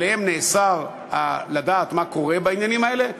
עליהם נאסר לדעת מה קורה בעניינים האלה,